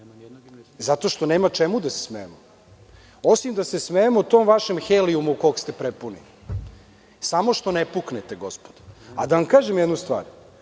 Zato što nema čemu da se smejemo, osim da se smejemo tom vašem helijumu kog ste prepunili, samo što ne puknete gospodo. Da vam kažem jednu stvar.